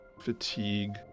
fatigue